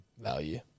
value